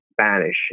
Spanish